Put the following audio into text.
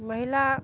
महिला